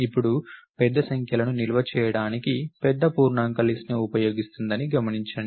ఇప్పుడు పెద్ద సంఖ్యలను నిల్వ చేయడానికి పెద్ద పూర్ణాంక లిస్ట్ ను ఉపయోగిస్తుందని గమనించండి